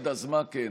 לכבד, אז מה כן?